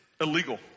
illegal